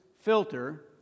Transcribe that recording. filter